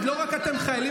לא רק את עם החיילים,